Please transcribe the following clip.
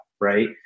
right